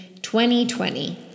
2020